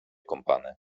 kąpany